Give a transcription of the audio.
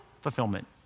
fulfillment